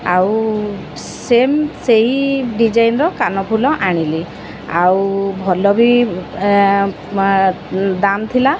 ଆଉ ସେମ୍ ସେହି ଡିଜାଇନ୍ର କାନଫୁଲ ଆଣିଲି ଆଉ ଭଲ ବି ଦାମ ଥିଲା